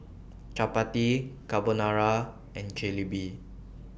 Chapati Carbonara and Jalebi